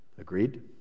Agreed